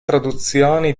traduzioni